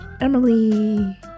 Emily